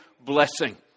blessing